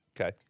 Okay